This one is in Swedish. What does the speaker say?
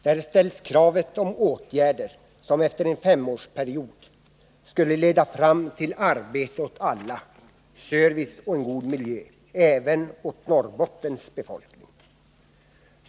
Där ställs krav på åtgärder som efter en femårsperiod skulle leda fram till arbete åt alla i regionen liksom till service och en god miljö även åt Norrbottens befolkning.